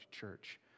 church